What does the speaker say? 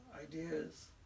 ideas